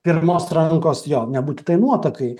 pirmos rankos jo nebūtinai nuotakai